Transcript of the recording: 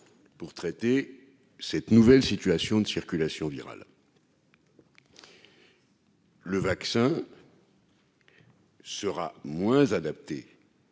pour traiter cette nouvelle situation de circulation virale. Le vaccin. Sera moins adapté.